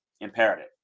imperative